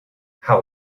how